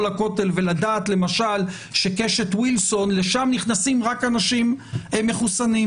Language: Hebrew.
לכותל ולדעת למשל שלקשת וילסון נכנסים רק אנשים מחוסנים,